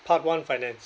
part one finance